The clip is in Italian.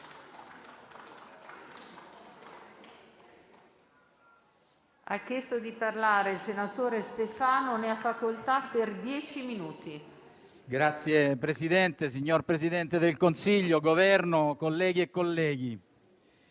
Signor Presidente, signor Presidente del Consiglio, Governo, colleghe e colleghi,